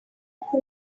niko